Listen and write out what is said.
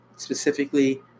Specifically